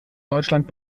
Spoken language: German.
deutschland